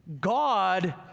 God